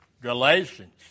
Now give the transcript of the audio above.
Galatians